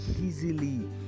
easily